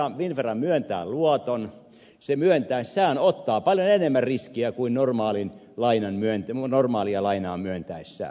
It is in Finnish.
kun finnvera myöntää luoton se myöntäessään ottaa paljon enemmän riskiä kuin normaalia lainaa myöntäessään